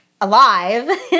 alive